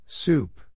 Soup